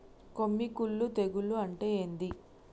కొమ్మి కుల్లు తెగులు అంటే ఏంది?